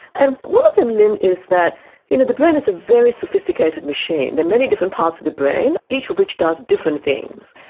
and one of them, lynne, is that you know the brain is a very sophisticated machine. there are many different parts of the brain, each of which does different things,